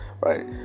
right